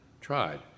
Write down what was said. tried